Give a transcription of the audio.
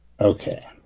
Okay